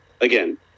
Again